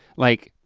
like